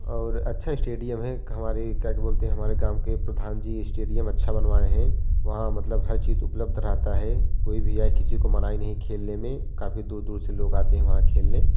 और अच्छा स्टेडियम है हमारे क्या बोलते हैं हमारे गाँव के प्रधान जी स्टेडियम अच्छा बनवाए हैं वहाँ मतलब हर चीज़ उपलब्ध रहता है कोई भी आई किसी को मनाही नहीं खेलने में काफ़ी दूर दूर से लोग आते हैं वहाँ खेलने